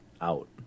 out